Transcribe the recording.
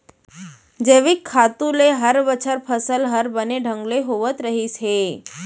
जैविक खातू ले हर बछर फसल हर बने ढंग ले होवत रहिस हे